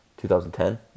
2010